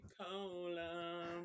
Cola